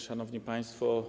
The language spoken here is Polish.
Szanowni Państwo!